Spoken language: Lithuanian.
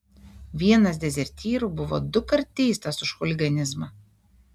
vienas dezertyrų buvo dukart teistas už chuliganizmą